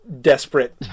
desperate